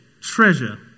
treasure